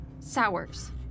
Sours